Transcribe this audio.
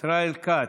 ישראל כץ,